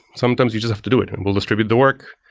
sometimes you just have to do it and we'll distribute the work.